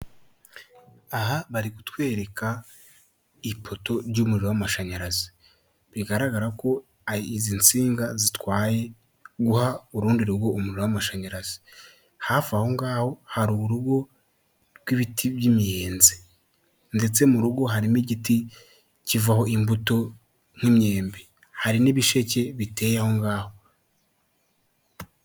Aha bari kutwereka ipoto ry'umuriro w'amashanyarazi bigaragara ko izi nsinga zitwaye guha urundi rugo umuriro w'amashanyarazi, hafi aho ngaho hari urugo rw'ibiti by'imiyenzi, ndetse mu rugo harimo igiti kivaho imbuto nk'imyembe hari n'ibisheke biteye ahongaho.